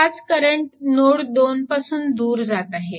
5A current node 2 पासून दूर जात आहे